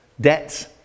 debts